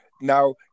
Now